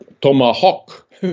Tomahawk